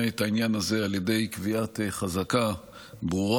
את העניין הזה על ידי קביעת חזקה ברורה,